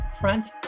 Front